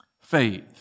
faith